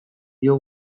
dio